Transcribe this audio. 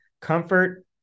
comfort